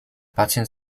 pacjent